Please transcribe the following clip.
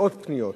מאות פניות.